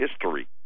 history